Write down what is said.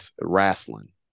wrestling